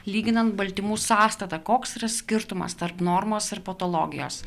lyginant baltymų sąstatą koks yra skirtumas tarp normos ir patologijos